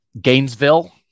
Gainesville